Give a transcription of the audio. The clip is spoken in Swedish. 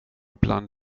bland